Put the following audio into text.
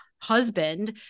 Husband